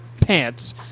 pants